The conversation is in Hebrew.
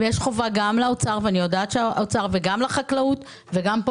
ויש חובה גם למשרד האוצר וגם למשרד החקלאות וגם פה